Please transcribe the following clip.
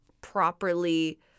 properly